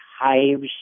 hives